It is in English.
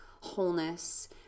wholeness